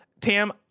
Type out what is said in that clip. Tam